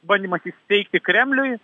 bandymas įsiteikti kremliui